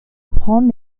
apprendre